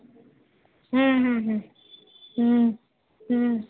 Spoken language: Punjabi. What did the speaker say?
ਹਮ ਹਮ ਹਮ ਹਮ ਹਮ